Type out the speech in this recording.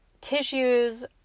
tissues